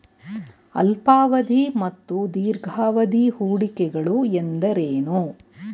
ಅಲ್ಪಾವಧಿ ಮತ್ತು ದೀರ್ಘಾವಧಿ ಹೂಡಿಕೆಗಳು ಎಂದರೇನು?